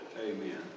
Amen